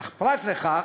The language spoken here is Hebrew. אך פרט לכך